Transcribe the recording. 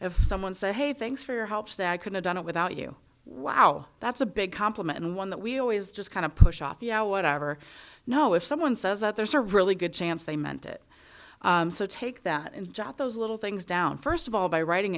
have someone say hey thanks for your help that i could have done it without you wow that's a big compliment and one that we always just kind of push off yeah whatever no if someone says that there's a really good chance they meant it so take that and jot those little things down first of all by writing